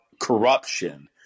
corruption